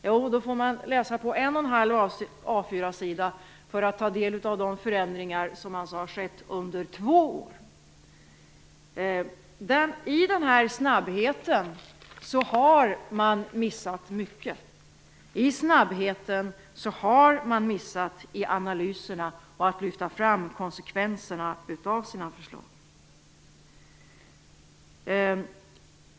Jo, då får man läsa en och en halv A 4-sida för att ta del av de förändringar som skett under två år. I den här snabbheten har man missat mycket. I snabbheten har man missat i analyserna och i att lyfta fram konsekvenserna av förslagen.